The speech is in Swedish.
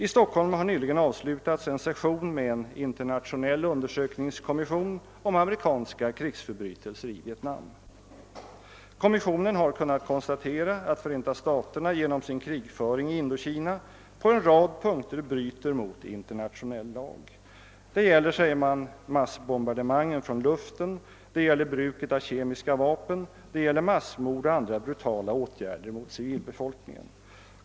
I Stockholm har nyligen avslutats en session med en internationell undersökningskommission rörande amerikanska krigsförbrytelser i Vietnam. Kommissionen har kunnat konstatera atl Förenta staterna genom sin krigföring i Indokina på en rad punkter bryter mot internationell lag. Det gäller massbom bardemangen från luften, det gäller bruket av kemiska vapen, det gäller massmord och andra brutala åtgärder mot civilbefolkningen.